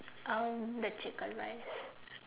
um the chicken rice